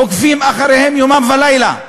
עוקבים אחריהם יום ולילה.